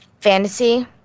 fantasy